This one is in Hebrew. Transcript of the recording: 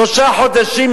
שלושה חודשים,